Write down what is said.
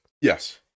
Yes